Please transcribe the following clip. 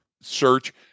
search